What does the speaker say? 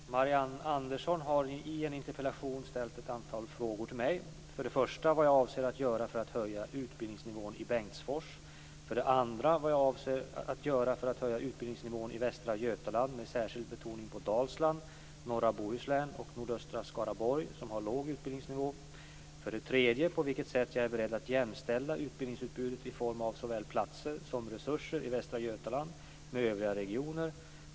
Fru talman! Marianne Andersson har i en interpellation ställt ett antal frågor till mig. För det första vad jag avser att göra för att höja utbildningsnivån i Bengtsfors. För det andra vad jag avser att göra för att höja utbildningsnivån i Västra Götaland med särskild betoning på Dalsland, Norra Bohuslän och Nordöstra Skaraborg som har låg utbildningsnivå. För det tredje på vilket sätt jag är beredd att jämställa utbildningsutbudet i form av såväl platser som resurser i Västra Götaland med övriga regioner.